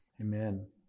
Amen